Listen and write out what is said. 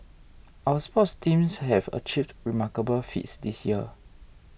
our sports teams have achieved remarkable feats this year